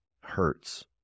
hurts